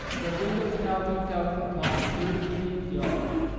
their windows now looked out upon a dirty paved yard.